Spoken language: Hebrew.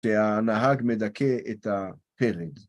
שהנהג מדכא את הפרד